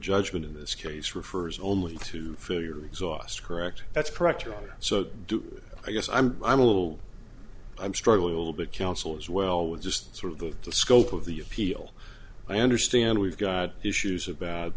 judgment in this case refers only to failure exhaust correct that's correct so do i guess i'm i'm a little i'm struggling a little bit counsel as well with just sort of the scope of the appeal i understand we've got issues about